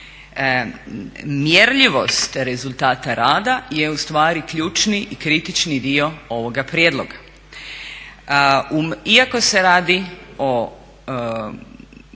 Mjerljivost rezultata rada je ustvari ključni i kritični dio ovoga prijedloga. Iako se radi o